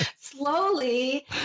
slowly